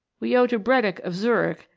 we owe to bredig, of zurich,